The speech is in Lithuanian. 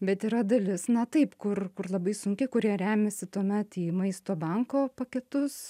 bet yra dalis na taip kur kur labai sunki kurie remiasi tuomet į maisto banko paketus